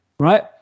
Right